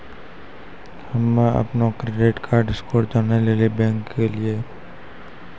हम्म अपनो credit card score जानै लेली बैंक गेलियै